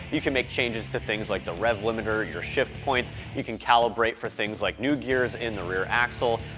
you can make changes to things like the rev limiter, your shift points, you can calibrate for things like new gears in the rear axle.